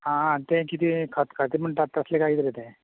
आं तें कितें खतखतें म्हणटात तसलें कितें रे तें